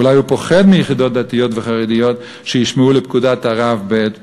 ואולי הוא פוחד מיחידות דתיות וחרדיות שיישמעו לפקודת הרב בעת פקודה.